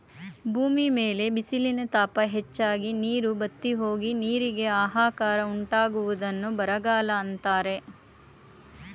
ಭೂಮಿ ಮೇಲೆ ಬಿಸಿಲಿನ ತಾಪ ಹೆಚ್ಚಾಗಿ, ನೀರು ಬತ್ತಿಹೋಗಿ, ನೀರಿಗೆ ಆಹಾಕಾರ ಉಂಟಾಗುವುದನ್ನು ಬರಗಾಲ ಅಂತರೆ